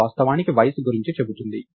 ఇది వాస్తవానికి వయస్సు గురించి చెబుతుంది